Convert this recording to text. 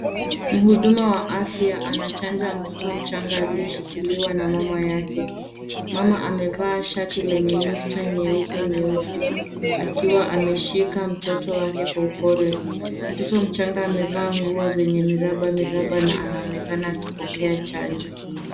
Mhudumu wa afya anachanja mtoto mchanga aliyeshikiliwa na mama yake. Mama amevaa shati lenye nukta nyeupe-nyeusi akiwa ameshika mtoto wake kwa upole. Mtoto mchanga amevaa nguo zenye miraba miraba na anaoneka akipokea chanjo.